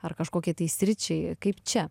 ar kažkokiai tai sričiai kaip čia